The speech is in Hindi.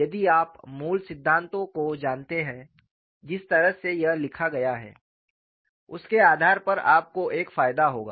यदि आप मूल सिद्धांतों को जानते हैं जिस तरह से यह लिखा गया है उसके आधार पर आपको एक फायदा होगा